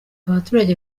abaturage